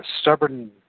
stubborn